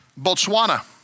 Botswana